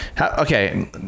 okay